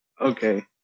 Okay